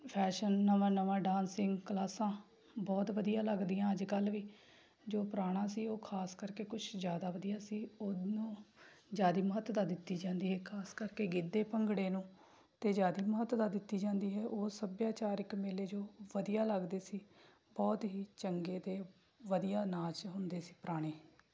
fashion ਨਵਾਂ ਨਵਾਂ dancing ਕਲਾਸਾਂ ਬਹੁਤ ਵਧੀਆ ਲੱਗਦੀਆਂ ਅੱਜ ਕੱਲ੍ਹ ਵੀ ਜੋ ਪੁਰਾਣਾ ਸੀ ਉਹ ਖਾਸ ਕਰਕੇ ਕੁਛ ਜ਼ਿਆਦਾ ਵਧੀਆ ਸੀ ਉਹਨੂੰ ਜ਼ਿਆਦਾ ਮਹੱਤਤਾ ਦਿੱਤੀ ਜਾਂਦੀ ਹੈ ਖਾਸ ਕਰਕੇ ਗਿੱਧੇ ਭੰਗੜੇ ਨੂੰ ਅਤੇ ਜ਼ਿਆਦਾ ਮਹੱਤਤਾ ਦਿੱਤੀ ਜਾਂਦੀ ਹੈ ਉਹ ਸੱਭਿਆਚਾਰਕ ਮੇਲੇ ਜੋ ਵਧੀਆ ਲੱਗਦੇ ਸੀ ਬਹੁਤ ਹੀ ਚੰਗੇ ਅਤੇ ਵਧੀਆ ਨਾਚ ਹੁੰਦੇ ਸੀ ਪੁਰਾਣੇ